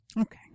okay